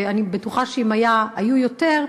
אני בטוחה שאם היו יותר,